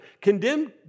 Condemned